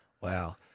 Wow